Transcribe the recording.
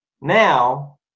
now